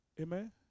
Amen